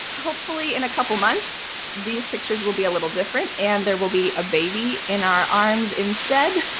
hopefully in a couple of months, these pictures will be a little different, and there will be a baby in our arms instead.